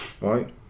Right